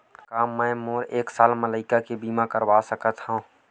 का मै मोर एक साल के लइका के बीमा करवा सकत हव?